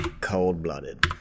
cold-blooded